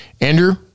Andrew